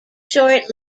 short